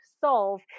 solve